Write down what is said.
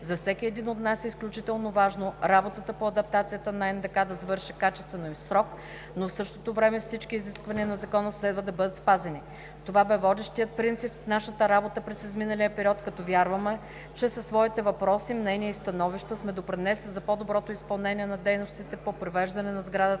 За всеки един от нас е изключително важно работата по адаптацията на НДК да завърши качествено и в срок, но в същото време всички изисквания на Закона следва да бъдат спазени. Това бе водещият принцип в нашата работа през изминалия период, като вярваме, че със своите въпроси, мнения и становища сме допринесли за по-доброто изпълнение на дейностите по привеждане на сградата